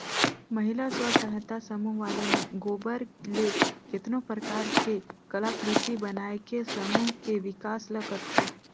महिला स्व सहायता समूह वाले मन गोबर ले केतनो परकार के कलाकृति बनायके समूह के बिकास ल करथे